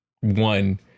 one